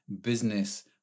business